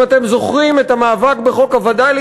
אם אתם זוכרים את המאבק בחוק הווד"לים,